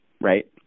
Right